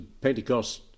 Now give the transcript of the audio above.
Pentecost